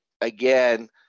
again